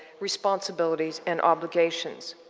responsibilities, and obligations.